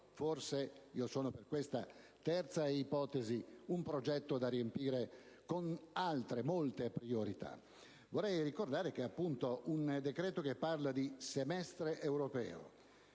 forse è - io sono per questa terza ipotesi - un progetto da riempire con altre, molte priorità? Vorrei ricordare che un decreto che parla di semestre europeo,